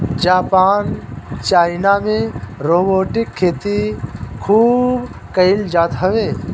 Japan China में robotic खेती खूब कईल जात हवे